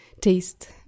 taste